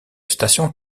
station